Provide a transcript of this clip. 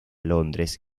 londres